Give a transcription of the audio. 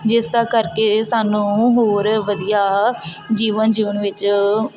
ਜਿਸਦੇ ਕਰਕੇ ਸਾਨੂੰ ਹੋਰ ਵਧੀਆ ਜੀਵਨ ਜਿਊਣ ਵਿੱਚ